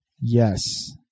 Yes